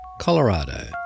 Colorado